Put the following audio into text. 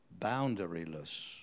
boundaryless